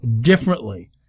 differently